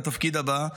לתפקיד הבא.